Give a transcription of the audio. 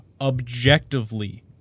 objectively